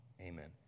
amen